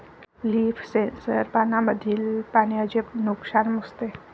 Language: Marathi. लीफ सेन्सर पानांमधील पाण्याचे नुकसान मोजते